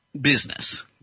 business